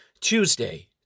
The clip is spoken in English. Tuesday